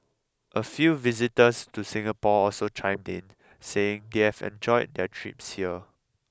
a few visitors to Singapore also chimed in saying they've enjoyed their trips here